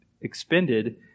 expended